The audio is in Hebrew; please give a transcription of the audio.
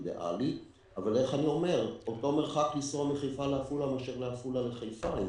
אותו מרחק לנסוע מחיפה לעפולה כמו מעפולה לחיפה,